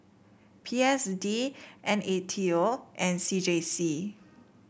P S D N A T O and C J C